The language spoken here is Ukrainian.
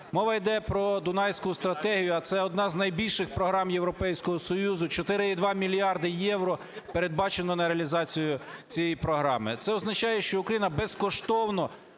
Мова йде про Дунайську стратегію, а це одна з найбільших програм Європейського Союзу, 4,2 мільярди євро передбачено на реалізацію цієї програми. Це означає, що Україна безкоштовно